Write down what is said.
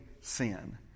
sin